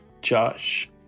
Josh